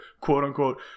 quote-unquote